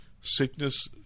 sickness